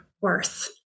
worth